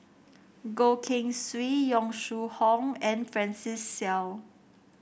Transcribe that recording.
Goh Keng Swee Yong Shu Hoong and Francis Seow